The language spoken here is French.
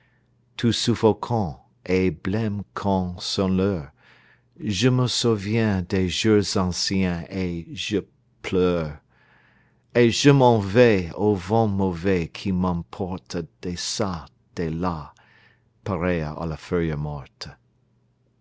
tout suffocant et blême quand sonne l'heure je me souviens des jours anciens et je pleure et je m'en vais au vent mauvais qui m'emporte deçà delà pareil à la feuille morte